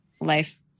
life